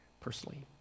personally